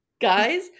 Guys